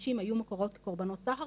הנשים היו מוכרות כקורבנות סחר,